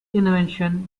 invention